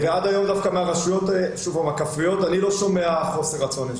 עד היום הכפריות אני לא שומע חוסר רצון.